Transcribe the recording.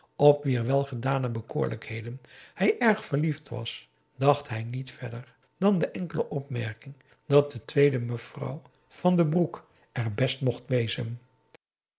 op wier welgedane bekoorlijkheden hij erg verliefd was dacht hij niet verder dan de enkele opmerking dat de tweede mevrouw van den broek er best mocht wezen